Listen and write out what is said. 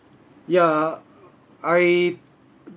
ya I